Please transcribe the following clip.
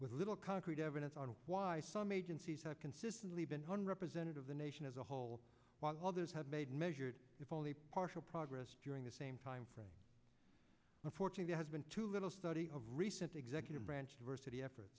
with little concrete evidence on why some agencies have consistently been one representative the nation as a whole while others have made measured if only partial progress during the same time frame unfortunately has been too little study of recent executive branch diversity effort